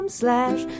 slash